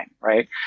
right